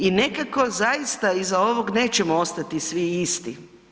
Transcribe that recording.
I nekako zaista iza ovog nećemo ostati svi isti.